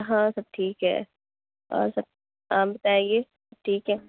ہاں سب ٹھیک ہے اور سب آپ بتائیے ٹھیک ہے